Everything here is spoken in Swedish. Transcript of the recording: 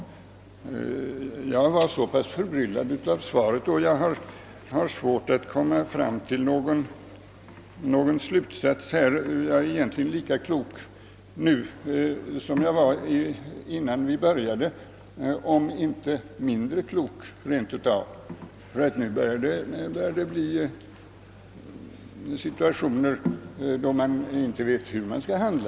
Jag är så pass förbryllad av svaret att jag har svårt att komma fram till någon slutsats. Egentligen är jag lika klok nu som jag var innan vi började, för att inte rent av säga mindre klok än när vi började. Nu börjar det att uppstå situationer i vilka man inte vet hur man skall handla.